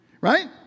Right